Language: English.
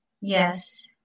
Yes